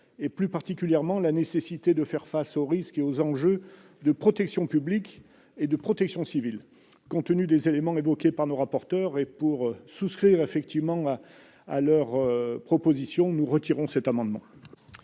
et plus particulièrement la nécessité de faire face aux risques et aux enjeux de protection publique et de protection civile. Compte tenu des éléments exposés par nos rapporteurs et pour manifester notre soutien à leur proposition, nous retirons cet amendement.